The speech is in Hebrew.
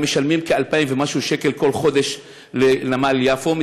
הם משלמים כ-2,000 ומשהו שקל כל חודש לנמל יפו,